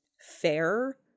fair